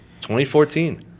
2014